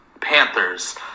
Panthers